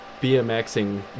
BMXing